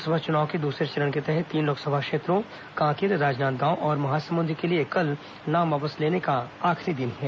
लोकसभा चुनाव के दूसरे चरण के तहत तीन लोकसभा क्षेत्रों कांकेर राजनादगांव और महासमुद के लिए कल नाम वापस लेने का अंतिम दिन है